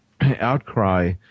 outcry